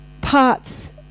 parts